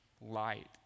light